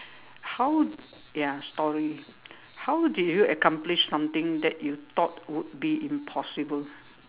how ya story how do you accomplish something that you thought would be impossible